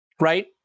right